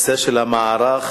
מערך